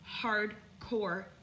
hardcore